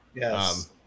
Yes